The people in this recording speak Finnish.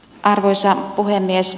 arvoisa puhemies